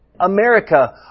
America